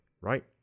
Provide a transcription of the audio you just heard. right